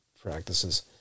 practices